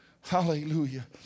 Hallelujah